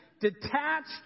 detached